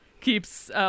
keeps